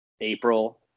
April